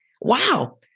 Wow